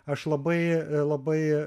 aš labai labai